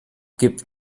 gibt